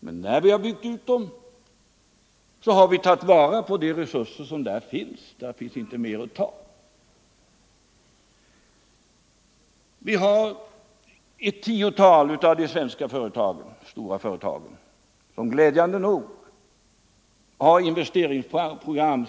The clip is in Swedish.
Men när vi har byggt ut dessa älvar har vi tagit vara på åtskilligt av de vattenkraftsresurser som återstår. Ett tiotal av de stora svenska företagen har glädjande nog långtgående investeringsprogram.